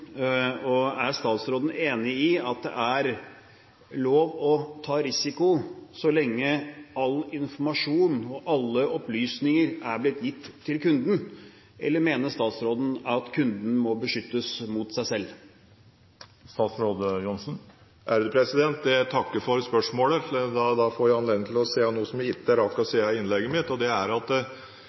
spørsmål. Er statsråden enig i at det er lov å ta risiko så lenge all informasjon og alle opplysninger er blitt gitt til kunden? Eller mener statsråden at kunden må beskyttes mot seg selv? Jeg takker for spørsmålet, for da får jeg anledning til å si noe som jeg ikke rakk å si i innlegget mitt. Det som er poenget med dette, er at